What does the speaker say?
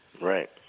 Right